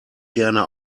gerne